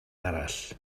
arall